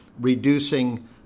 reducing